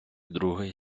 другої